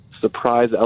surprise